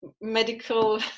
medical